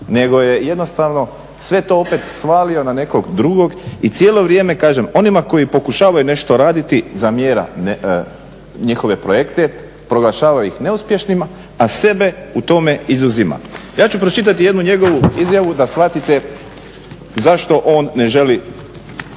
Nego je jednostavno sve to opet svalio na nekog drugog. I cijelo vrijeme, kažem onima koji pokušavaju nešto raditi zamjera njihove projekte, proglašava ih neuspješnim a sebe u tome izuzima. Ja ću pročitati jednu njegovu izjavu da shvatite zašto on ne želi